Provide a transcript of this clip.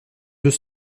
deux